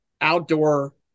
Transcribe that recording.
outdoor